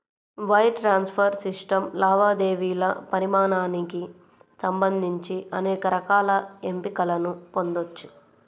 wire transfer system లావాదేవీల పరిమాణానికి సంబంధించి అనేక రకాల ఎంపికలను పొందొచ్చు